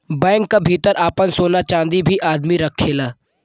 bank क भितर आपन सोना चांदी भी आदमी रखेला